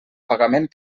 pagament